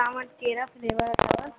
तव्हां वटि केरा फ्लेवर अथव